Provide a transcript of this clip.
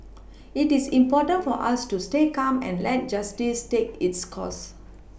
it is important for us to stay calm and let justice take its course